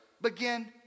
begin